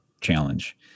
challenge